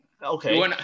Okay